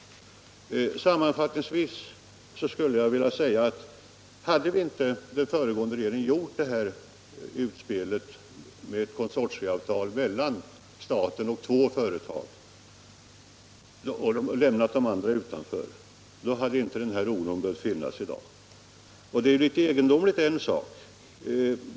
Sammanfattningsvis skulle jag vilja säga att om inte den föregående regeringen gjort detta utspel med ett konsortialavtal mellan staten och två företag och lämnat de andra utanför, hade inte denna oro behövt finnas i dag.